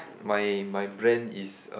my my brand is